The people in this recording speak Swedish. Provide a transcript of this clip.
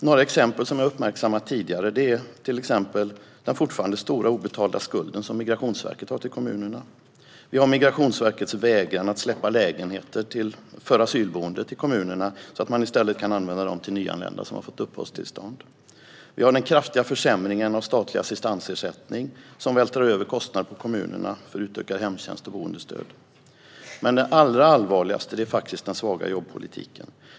Några exempel som jag uppmärksammat tidigare är den fortfarande stora obetalda skuld som Migrationsverket har till kommunerna, Migrationsverkets vägran att släppa lägenheter för asylboende till kommunerna så att de kan använda dem för nyanlända som fått uppehållstillstånd och den kraftiga försämringen av statlig assistansersättning, som vältrar över kostnader på kommunerna för utökad hemtjänst och boendestöd. Men det allra allvarligaste är faktiskt den svaga jobbpolitiken.